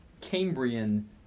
Cambrian